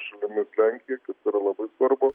šalimis lenkija kas yra labai svarbu